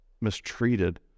mistreated